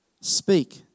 Speak